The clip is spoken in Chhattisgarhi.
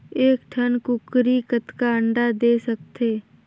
एक ठन कूकरी कतका अंडा दे सकथे?